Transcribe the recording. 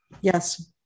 Yes